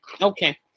Okay